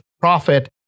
profit